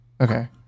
Okay